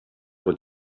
what